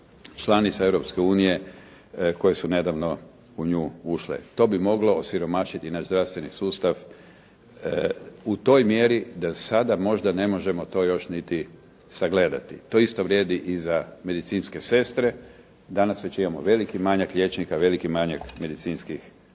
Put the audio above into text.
članica Europske unije koje su nedavno u nju ušle. To bi moglo osiromašiti naš zdravstveni sustav u toj mjeri da sada možda ne možemo to još niti sagledati. To isto vrijedi i za medicinske sestre. Danas već imamo veliki manjak liječnika, veliki manjak medicinskih sestara,